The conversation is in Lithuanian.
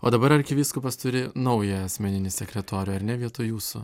o dabar arkivyskupas turi naują asmeninį sekretorių ar ne vietoj jūsų